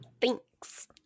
thanks